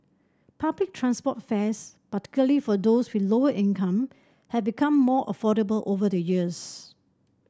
public transport fares particularly for those with lower income have become more affordable over the years